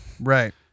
right